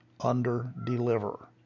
under-deliver